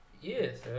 Yes